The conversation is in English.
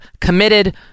committed